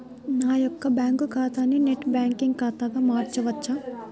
నా యొక్క బ్యాంకు ఖాతాని నెట్ బ్యాంకింగ్ ఖాతాగా మార్చవచ్చా?